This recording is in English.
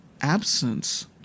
absence